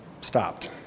stopped